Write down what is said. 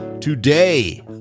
Today